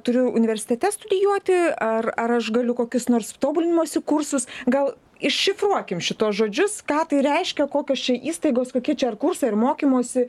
turiu universitete studijuoti ar ar aš galiu kokius nors tobulinimosi kursus gal iššifruokime šituos žodžius ką tai reiškia kokios čia įstaigos kokie čia ar kursai ar mokymosi